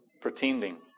pretending